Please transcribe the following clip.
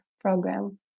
program